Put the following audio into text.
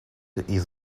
its